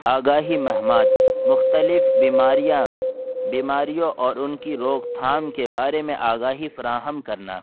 آگاہی مہمات مختلف بیماریاں بیماریوں اور ان کی روک تھام کے بارے میں آگاہی فراہم کرنا